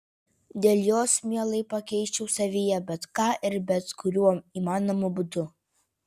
dėl jos mielai pakeisčiau savyje bet ką ir bet kuriuo įmanomu būdu